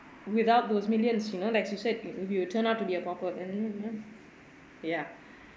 without those millions you know like you said if you turn out to be a pauper ya